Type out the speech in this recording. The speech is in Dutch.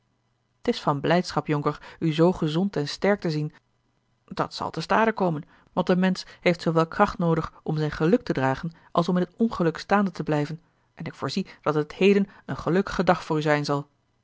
t is van blijdschap jonker u zoo gezond en sterk te zien dat zal te stade komen want een mensch heeft zoowel kracht noodig om zijn geluk te dragen als om in t ongeluk staande te blijven en ik voorzie dat het heden een gelukkige dag voor u zal